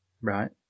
right